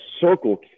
circle